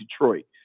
Detroit